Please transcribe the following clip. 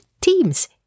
teams